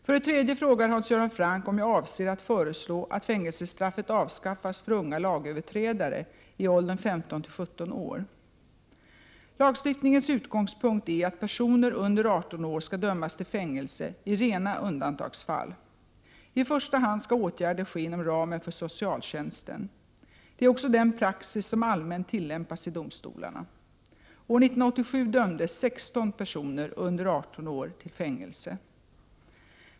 För det tredje frågar Hans Göran Franck om jag avser att föreslå att fängelsestraffet avskaffas för unga lagöverträdare i åldern 15-17 år. Lagstiftningens utgångspunkt är att personer under 18 år skall dömas till fängelse i rena undantagsfall. I första hand skall åtgärder ske inom ramen för socialtjänsten. Det är också den praxis som allmänt tillämpas i domstolarna. År 1987 dömdes 16 personer under 18 år till fängelse.